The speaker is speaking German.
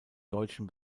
deutschen